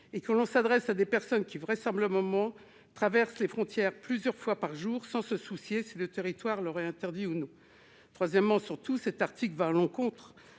En outre, on s'adresse à des personnes qui, vraisemblablement, traversent les frontières plusieurs fois par jour sans se soucier de savoir si le territoire français leur est interdit ou non. Troisièmement, cet article va à l'encontre